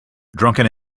drunken